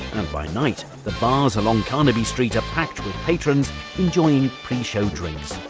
by night the bars along carnaby street are packed patrons enjoying pre-show drinks.